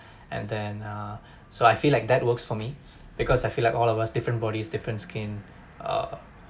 and then uh so I feel like that works for me because I feel like all of us different bodies different skin uh